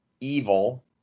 Evil